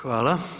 Hvala.